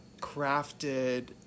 crafted